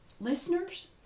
Listeners